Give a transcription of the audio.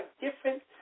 different